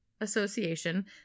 Association